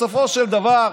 בסופו של דבר,